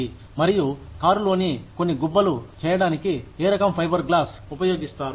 మరియు కారులో కొన్ని గుబ్బలు చేయడానికి ఏ రకం ఫైబర్ గ్లాస్ ఉపయోగిస్తారు